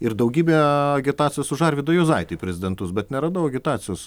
ir daugybė agitacijos už arvydą juozaitį į prezidentus bet neradau agitacijos